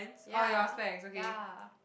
ya ya